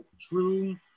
true